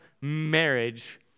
marriage